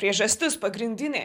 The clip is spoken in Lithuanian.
priežastis pagrindinė